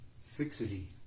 fixity